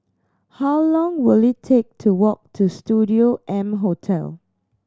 how long will it take to walk to Studio M Hotel